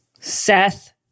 seth